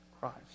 Christ